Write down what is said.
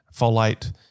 folate